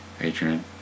Adrian